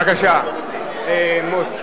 בבקשה, מוץ.